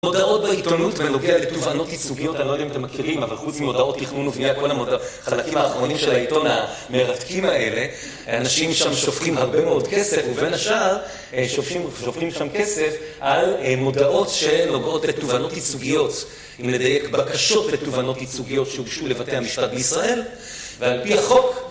מודעות בעיתונות בנוגע לתובענות יצוגיות, אני לא יודע אם אתם מכירים, אבל חוץ ממודעות תיכנון ובניה, כל החלקים האחרונים של העיתון המרתקים האלה, אנשים שם שופכים הרבה מאוד כסף, ובין השאר שופכים שם כסף על מודעות שנוגעות לתובענות יצוגיות, אם נדייק, בקשות לתובענות יצוגיות שהוגשו לבתי המשפט בישראל, ועל פי החוק...